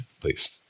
please